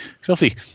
filthy